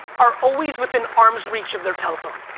are always within arms reach of their telephone?